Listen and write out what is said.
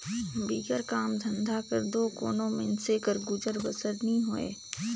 बिगर काम धंधा कर दो कोनो मइनसे कर गुजर बसर नी होए